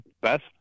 best